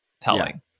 telling